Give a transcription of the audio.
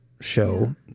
show